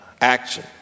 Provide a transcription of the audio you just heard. action